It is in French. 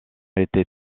était